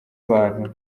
abantu